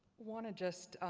want to just,